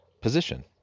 position